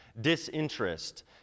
disinterest